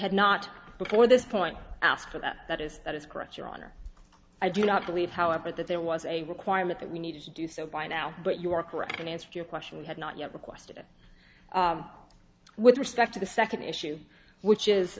had not before this point after that that is that is correct your honor i do not believe however that there was a requirement that we need to do so by now but you are correct and i answered your question we had not yet requested it with respect to the second issue which is